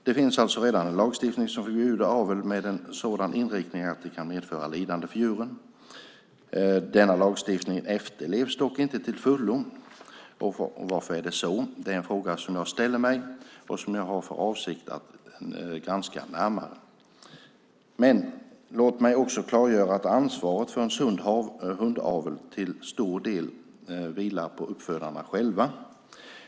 Det finns alltså redan en lagstiftning som förbjuder avel med en sådan inriktning att den kan medföra lidande för djuren. Denna lagstiftning efterlevs dock inte till fullo. Varför är det så? Det är en fråga som jag ställer mig och som jag har för avsikt att närmare granska. Men låt mig också klargöra att ansvaret för en sund hundavel till stor del vilar på uppfödarna själva.